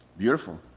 beautiful